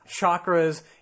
chakras